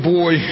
boy